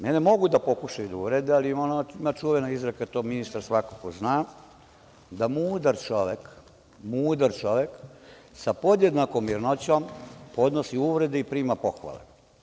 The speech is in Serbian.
Mene mogu da pokušaju da uvrede, ali ima ona čuvena izreka, to ministar svakako zna, da mudar čovek sa podjednakom mirnoćom podnosi uvrede i prima pohvale.